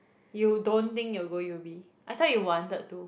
you don't think you'll go uni I thought you wanted to